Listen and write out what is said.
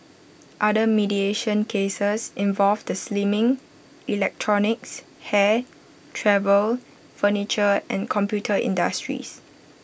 other mediation cases involved the slimming electronics hair travel furniture and computer industries